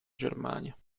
germania